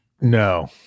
No